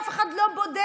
אף אחד לא בודק